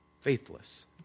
faithless